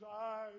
eyes